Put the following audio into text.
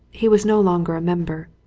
he was no longer a mem ber.